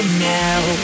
now